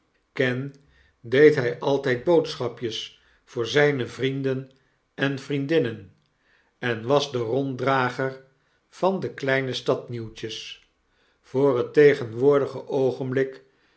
ken deed hy altijd boodschapjes voor zijne vrienden en vriendinnen en was de ronddrager van de kleine stadsnieuwtjes voor het tegenwoordige oogenblik